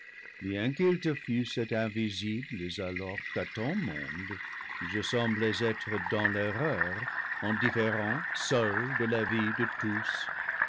invisibles alors qu'à ton monde je semblais être dans l'erreur en différant seul de l'avis de tous